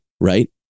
right